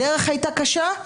הדרך הייתה קשה.